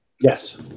Yes